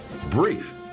brief